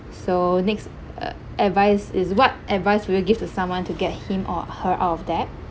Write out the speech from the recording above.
so next uh advice is what advice would you give to someone to get him or her out of debt